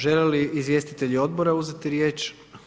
Žele li izvjestitelji odbora uzeti riječ?